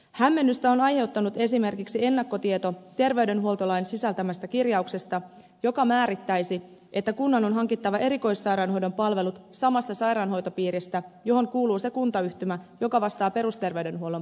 hämmennystä on aiheuttanut esimerkiksi ennakkotieto terveydenhuoltolain sisältämästä kirjauksesta joka määrittäisi että kunnan on hankittava erikoissairaanhoidon palvelut samasta sairaanhoitopiiristä johon kuuluu se kuntayhtymä joka vastaa perusterveydenhuollon palveluista